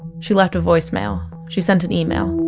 she left a voicemail. she sent an email